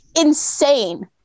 insane